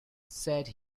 said